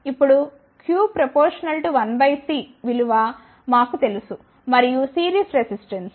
ఇప్పుడు Q∝ 1 C విలువ మాకు తెలుసు మరియు సిరీస్ రెసిస్టెన్స్